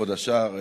כבוד השר,